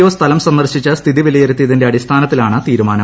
O സ്ഥലം സ്ട്രിങ്ങർശിച്ച് സ്ഥിതി വിലയിരുത്തിയതിന്റെ അടിസ്ഥാനത്തിലാണ് തീർുമാനം